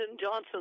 Johnson